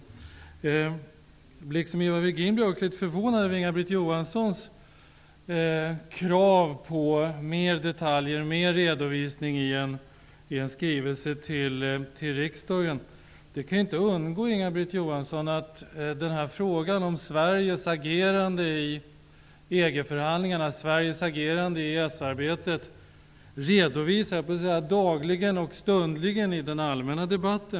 Jag blir, liksom Ivar Virgin, litet förvånad över Inga-Britt Johanssons krav på fler detaljer och ytterligare redovisning i en skrivelse till riksdagen. Det kan inte ha undgått Inga-Britt Johansson att arbetet redovisas dagligen och stundligen i den allmänna debatten.